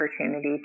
opportunity